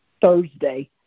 Thursday